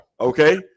okay